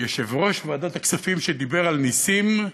יושב-ראש ועדת הכספים, שדיבר על נסים,